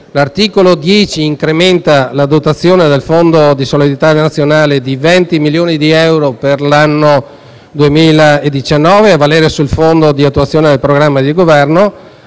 L'articolo 10 incrementa la dotazione del Fondo di solidarietà nazionale di 20 milioni di euro per il 2019, a valere sul Fondo per l'attuazione del programma di Governo.